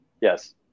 Yes